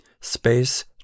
Space